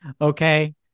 Okay